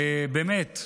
באמת,